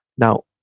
Now